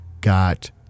got